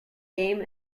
game